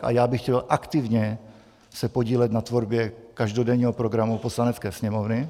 A já bych se chtěl aktivně podílet na tvorbě každodenního programu Poslanecké sněmovny.